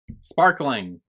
Sparkling